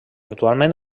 actualment